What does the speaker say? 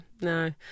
no